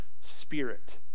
Spirit